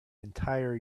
entire